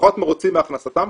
פחות מרוצים מהכנסתם,